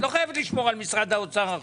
את לא חייבת לשמור על משרד האוצר.